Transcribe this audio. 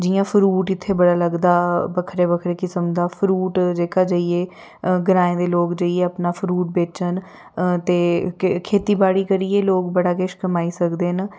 जियां फरूट इत्थैं बड़ा लगदा बक्खरे बक्खरे किसम दा फरूट जेह्का जाइयै ग्राएं दे लोक जाइयै अपना फरूट बेचन ते खेतीबाड़ी करियै लोक बड़ा किश कमाई सकदे न